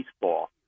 baseball